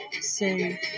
say